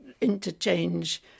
interchange